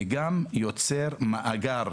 וגם יוצר מאגר